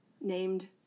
named